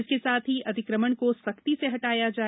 इसके साथ ही अतिक्रमण को सख्ती से हटाया जाए